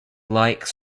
like